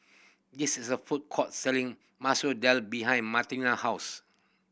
this is a food court selling Masoor Dal behind Martine house